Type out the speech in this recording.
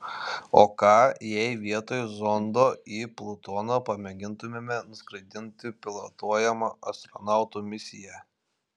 o ką jei vietoj zondo į plutoną pamėgintumėme nuskraidinti pilotuojamą astronautų misiją